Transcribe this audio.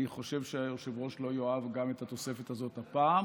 אני חושב שהיושב-ראש לא יאהב גם את התוספת הזאת הפעם,